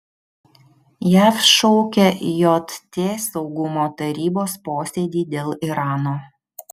jav šaukia jt saugumo tarybos posėdį dėl irano